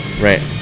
right